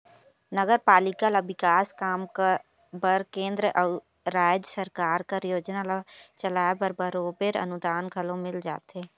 नगरपालिका ल बिकास काम बर केंद्र अउ राएज सरकार कर योजना ल चलाए बर बरोबेर अनुदान घलो मिल जाथे